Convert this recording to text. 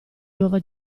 nuova